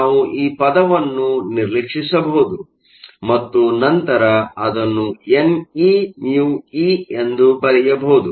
ನಾವು ಈ ಪದವನ್ನು ನಿರ್ಲಕ್ಷಿಸಬಹುದು ಮತ್ತು ನಂತರ ಅದನ್ನು ne μe ಎಂದು ಬರೆಯಬಹುದು